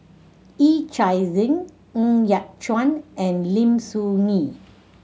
Yee Chia Hsing Ng Yat Chuan and Lim Soo Ngee